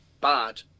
bad